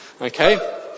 okay